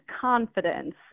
confidence